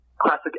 classic